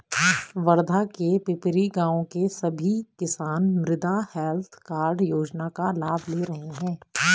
वर्धा के पिपरी गाँव के सभी किसान मृदा हैल्थ कार्ड योजना का लाभ ले रहे हैं